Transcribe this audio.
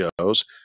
shows